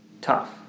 tough